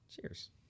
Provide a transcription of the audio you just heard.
Cheers